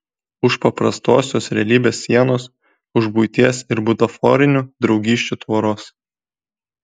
už paprastosios realybės sienos už buities ir butaforinių draugysčių tvoros